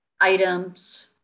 items